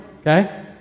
okay